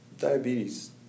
Diabetes